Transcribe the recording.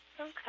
Okay